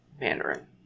Mandarin